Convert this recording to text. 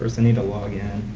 first i need to login